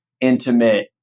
intimate